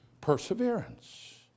perseverance